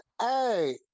Hey